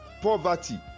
poverty